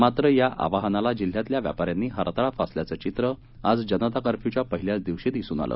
मात्र या आवाहनाला जिल्ह्यातल्या व्यापाऱ्यांनी हरताळ फासल्याचं चित्र आज जनता कर्फ्यूच्या पहिल्याच दिवशी दिसून आलं